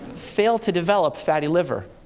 fail to develop fatty liver,